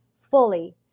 fully